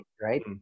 right